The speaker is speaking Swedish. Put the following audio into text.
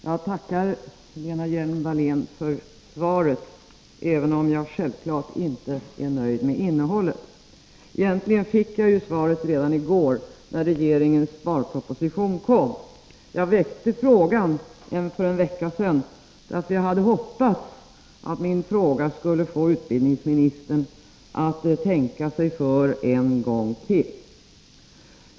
Herr talman! Jag tackar Lena Hjelm-Wallén för svaret, även om jag självfallet inte är nöjd med innehållet. Egentligen fick jag svaret redan i går, när regeringens sparproposition kom. Jag väckte frågan för en vecka sedan, för jag hoppades att frågan skulle få utbildningsministern att tänka sig för en gång till.